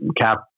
cap